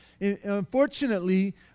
Unfortunately